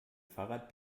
fahrrad